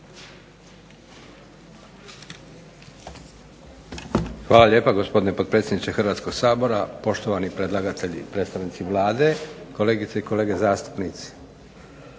Hvala lijepa gospodine potpredsjedniče Hrvatskog sabora, poštovani predlagatelji i predstavnici Vlade, kolegice i kolege zastupnici.